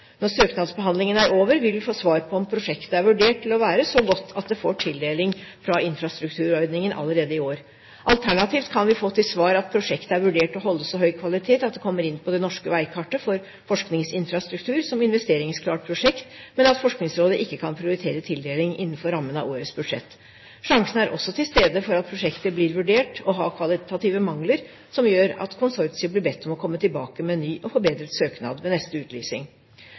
Når søknadsbehandlingen er over, vil vi få svar på om prosjektet er vurdert til å være så godt at det får tildeling fra infrastrukturordningen allerede i år. Alternativt kan vi få til svar at prosjektet er vurdert til å holde så høy kvalitet at det kommer inn på det norske veikartet for forskningsinfrastruktur som investeringsklart prosjekt, men at Forskningsrådet ikke kan prioritere tildeling innenfor rammen av årets budsjett. Sjansen er også til stede for at prosjektet blir vurdert til å ha kvalitative mangler som gjør at konsortiet blir bedt om å komme tilbake med en ny og forbedret søknad ved neste utlysning.